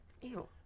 Ew